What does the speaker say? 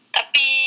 Tapi